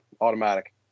automatic